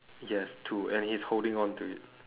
he has two and it's holding on to it